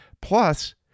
plus